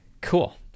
Cool